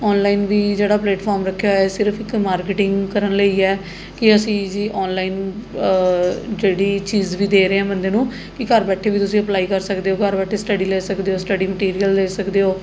online ਵੀ ਜਿਹੜਾ platform ਰੱਖਿਆ ਹੋਇਆ ਸਿਰਫ ਇੱਕ ਮਾਰਕੀਟਿੰਗ ਕਰਨ ਲਈ ਹੈ ਕਿ ਅਸੀਂ ਜੀ ਔਨਲਾਈਨ ਜਿਹੜੀ ਚੀਜ਼ ਵੀ ਦੇ ਰਹੇ ਹਾਂ ਬੰਦੇ ਨੂੰ ਕਿ ਘਰ ਬੈਠੇ ਵੀ ਤੁਸੀਂ ਅਪਲਾਈ ਕਰ ਸਕਦੇ ਹੋ ਘਰ ਬੈਠੇ ਸਟੱਡੀ ਲੈ ਸਕਦੇ ਹੋ ਸਟੱਡੀ ਮਟੀਰੀਅਲ ਲੈ ਸਕਦੇ ਹੋ